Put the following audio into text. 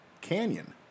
Canyon